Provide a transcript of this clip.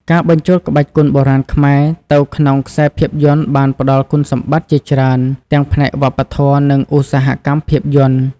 ការបញ្ចូលក្បាច់គុនបុរាណខ្មែរទៅក្នុងខ្សែភាពយន្តបានផ្ដល់គុណសម្បត្តិជាច្រើនទាំងផ្នែកវប្បធម៌ និងឧស្សាហកម្មភាពយន្ត។